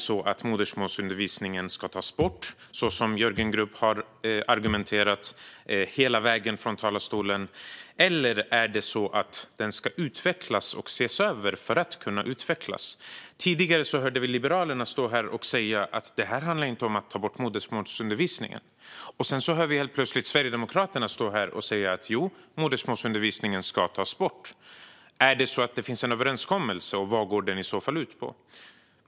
Ska modersmålsundervisningen tas bort, så som Jörgen Grubb argumenterade för i talarstolen, eller ska den ses över och utvecklas? Tidigare hörde vi Liberalernas ledamot säga att det inte handlar om att ta bort modersmålsundervisningen. Men helt plötsligt hör vi Sverigedemokraternas ledamot säga att den ska tas bort. Finns det en överenskommelse, och vad går den i så fall ut på?